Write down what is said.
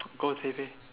go with Pei-Pei